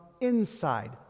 inside